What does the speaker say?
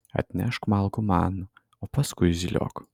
atnešk malkų man o paskui zyliok